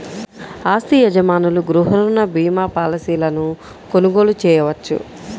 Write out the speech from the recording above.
ఆస్తి యజమానులు గృహ రుణ భీమా పాలసీలను కొనుగోలు చేయవచ్చు